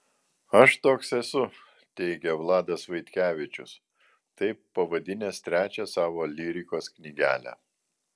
aš toks esu teigia vladas vaitkevičius taip pavadinęs trečią savo lyrikos knygelę